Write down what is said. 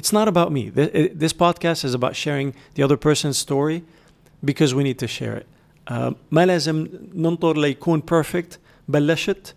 it's not about me. Th- this podcast is about sharing the other person's story because we need to share it. آه، ما لازم ننطر ليكون perfect، بلشت